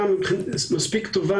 כמו